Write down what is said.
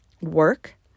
work